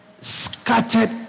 scattered